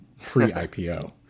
pre-IPO